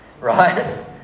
right